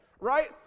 right